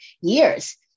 years